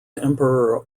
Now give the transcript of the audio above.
emperor